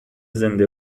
زنده